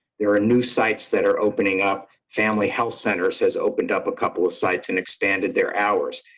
there are new sites that are opening up family health centers, has opened up a couple of sites and expanded their hours.